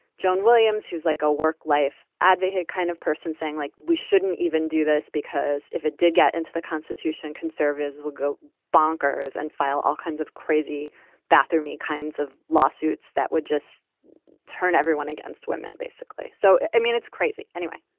joan williams, who's like a work life advocate kind of person, saying like, we shouldn't even do this, because if it did get into the constitution, conservatives would go bonkers and file all kinds of crazy bathroom yeah kinds of lawsuits that would just turn everyone against women, basically. so, i mean, it's crazy. anyway,